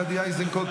גדי איזנקוט,